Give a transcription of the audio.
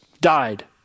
died